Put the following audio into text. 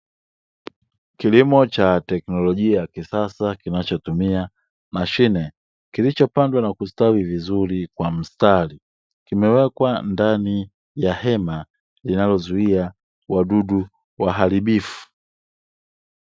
Kilimo cha teknolojia ya kisasa kinachotumia mashine, kilichopandwa na kustawi vizuri kwa mstari. Kimewekwa ndani ya hema linalozuia wadudu waharibifu.